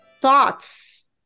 thoughts